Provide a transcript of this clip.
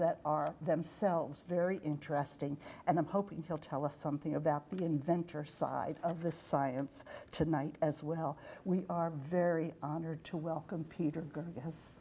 that are themselves very interesting and i'm hoping he'll tell us something about the inventor side of the science tonight as well we are very honored to welcome peter go